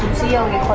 see okay